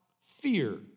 fear